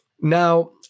Now